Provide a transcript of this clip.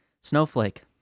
Snowflake